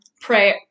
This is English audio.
pray